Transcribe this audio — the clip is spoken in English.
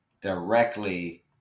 directly